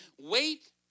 Wait